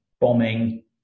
bombing